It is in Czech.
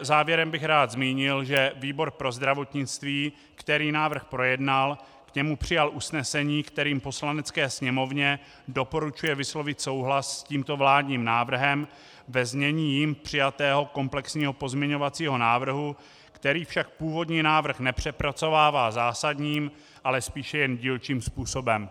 Závěrem bych rád zmínil, že výbor pro zdravotnictví, který návrh projednal, k němu přijal usnesení, kterým Poslanecké sněmovně doporučuje vyslovit souhlas s tímto vládním návrhem ve znění jím přijatého komplexního pozměňovacího návrhu, který však původní návrh nepřepracovává zásadním, ale spíše jen dílčím způsobem.